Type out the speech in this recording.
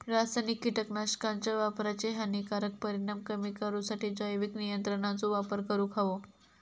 रासायनिक कीटकनाशकांच्या वापराचे हानिकारक परिणाम कमी करूसाठी जैविक नियंत्रणांचो वापर करूंक हवो